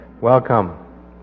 Welcome